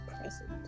present